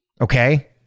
Okay